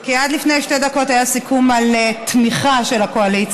כי עד לפני שתי דקות היה סיכום על תמיכה של הקואליציה,